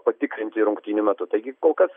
patikrinti rungtynių metu taigi kol kas